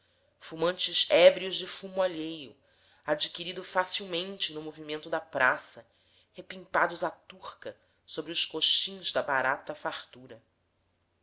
fumantes ébrios de fumo alheio adquirido facilmente no movimento da praça repimpados à turca sobre os coxins da barata fartura